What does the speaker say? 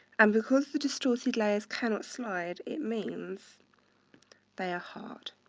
and because the distorted layers cannot slide, it means they are hard.